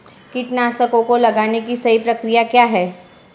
कीटनाशकों को लगाने की सही प्रक्रिया क्या है?